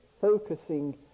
focusing